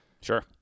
sure